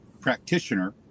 practitioner